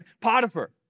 Potiphar